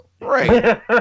right